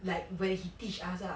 like when he teach us lah